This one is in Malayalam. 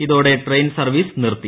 ഇതോടെ ട്രെയിൻ സർവ്വീസ് നിർത്തി